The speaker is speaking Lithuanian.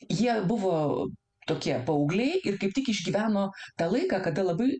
jie buvo tokie paaugliai ir kaip tik išgyveno tą laiką kada labai